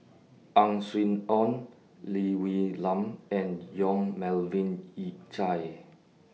Ang Swee Aun Lee Wee Nam and Yong Melvin Yik Chye